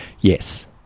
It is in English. Yes